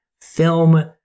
film